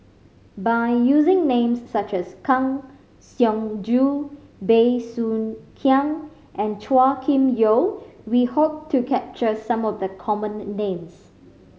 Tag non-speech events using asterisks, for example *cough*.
by using names such as Kang Siong Joo Bey Soo Khiang and Chua Kim Yeow we hope to capture some of the common *unintelligible* names